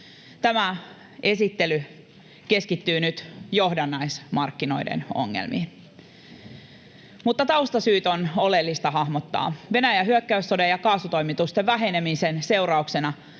Tämä esittely keskittyy nyt johdannaismarkkinoiden ongelmiin, mutta taustasyyt on oleellista hahmottaa. Venäjän hyökkäyssodan ja kaasutoimitusten vähenemisen seurauksena